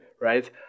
Right